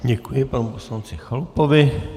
Děkuji panu poslanci Chalupovi.